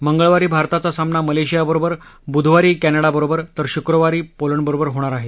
मंगळवारी भारताचा सामना मलेशियाबरोबर ब्धवारी कॅनडाबरोबर तर शुक्रवारी पोलंडबरोबर होणार आहे